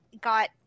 got